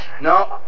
No